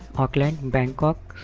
auckland, bangkok,